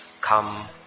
Come